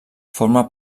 forma